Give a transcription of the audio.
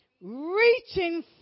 Reaching